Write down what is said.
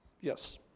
Yes